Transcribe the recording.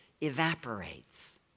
evaporates